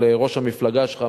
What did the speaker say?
על ראש המפלגה שלך,